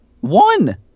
One